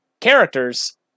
characters